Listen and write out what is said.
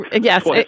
Yes